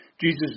Jesus